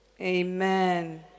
Amen